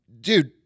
dude